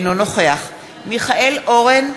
אינו נוכח מיכאל אורן,